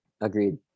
Agreed